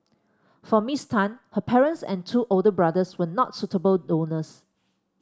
for Miss Tan her parents and two older brothers were not suitable donors